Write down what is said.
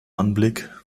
anblick